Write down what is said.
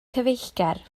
cyfeillgar